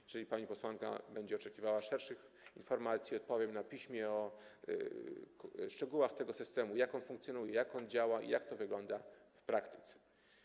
Jeśli pani posłanka będzie oczekiwała szerszych informacji, chętnie odpowiem na piśmie, opiszę szczegóły tego systemu, jak on funkcjonuje, jak działa i jak to wygląda w praktyce.